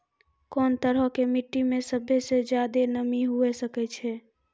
कोन तरहो के मट्टी मे सभ्भे से ज्यादे नमी हुये सकै छै?